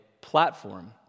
platform